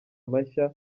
mashya